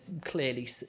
clearly